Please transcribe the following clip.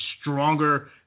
stronger